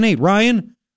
Ryan